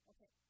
Okay